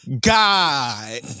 God